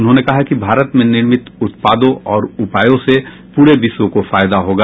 उन्होंने कहा कि भारत में निर्मित उत्पादों और उपायों से पूरे विश्व को फायदा होगा